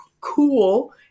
cool